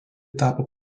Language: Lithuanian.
tapo